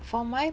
for my